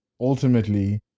ultimately